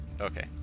Okay